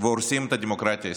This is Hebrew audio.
והורסים את הדמוקרטיה הישראלית.